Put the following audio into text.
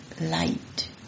light